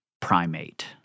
primate